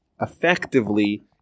effectively